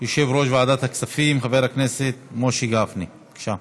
יושב-ראש ועדת הכספים חבר הכנסת משה גפני, בבקשה.